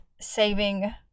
saving